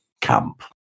Camp